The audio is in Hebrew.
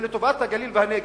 זה לטובת הגליל והנגב,